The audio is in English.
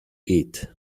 eat